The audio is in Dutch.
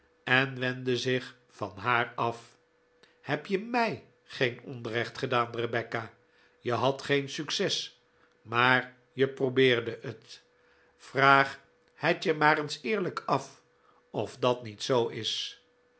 en wendde zich van haar af heb je mij geen onrecht gedaan rebecca je had geen succes maar je probcerde het vraag het je maar eens eerlijk af of dat niet zoo is